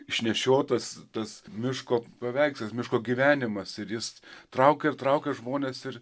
išnešiotas tas miško paveikslas miško gyvenimas ir jis traukė ir traukia žmones ir